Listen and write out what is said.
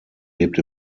lebt